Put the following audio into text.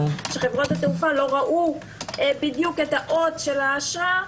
שחברות התעופה לא ראו את האות של האשרה.